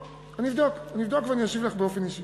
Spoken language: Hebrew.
אני אבדוק ואני אשיב לך באופן אישי.